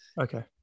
okay